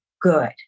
good